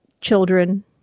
children